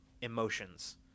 emotions